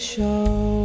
Show